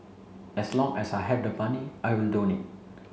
as long as I have the money I will donate